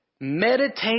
Meditate